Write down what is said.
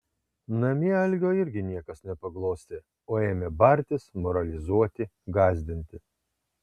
namie algio irgi niekas nepaglostė o ėmė bartis moralizuoti gąsdinti